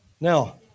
Now